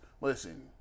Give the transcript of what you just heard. listen